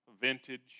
vintage